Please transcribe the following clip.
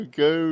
go